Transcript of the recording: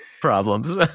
problems